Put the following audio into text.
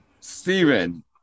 Steven